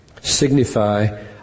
signify